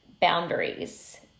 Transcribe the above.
boundaries